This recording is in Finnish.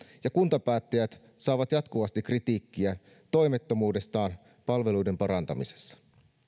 ja kuntapäättäjät saavat jatkuvasti kritiikkiä toimettomuudestaan palveluiden parantamisessa